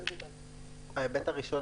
ההיבט הראשון,